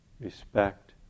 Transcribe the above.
respect